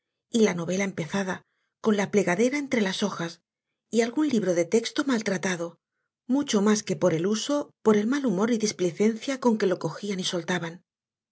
y la novela empezada con la plegadera entre las hojas y algún libro de texto maltratado mucho más que por el uso por el mal humor y displicencia con que lo cogían y soltaban